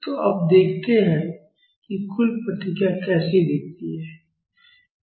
तो अब देखते हैं कि कुल प्रतिक्रिया कैसी दिखती है